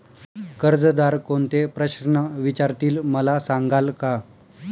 कर्जदार कोणते प्रश्न विचारतील, मला सांगाल का?